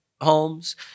homes